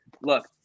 look